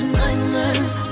nightmares